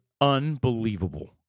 unbelievable